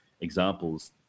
examples